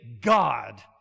God